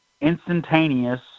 instantaneous